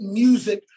music